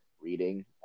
reading